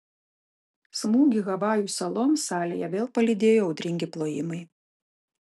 smūgį havajų saloms salėje vėl palydėjo audringi plojimai